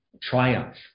triumph